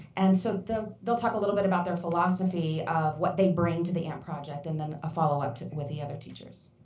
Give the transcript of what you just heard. and so they'll talk a little bit about their philosophy of what they bring to the amp project and then a follow up with the other teachers.